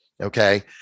okay